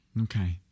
Okay